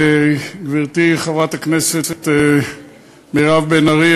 גברתי חברת הכנסת מירב בן ארי,